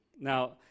Now